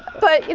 but, you